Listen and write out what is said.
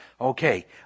Okay